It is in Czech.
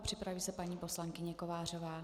Připraví se paní poslankyně Kovářová.